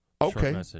Okay